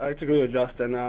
um to agree with dustin.